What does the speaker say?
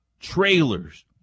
Trailers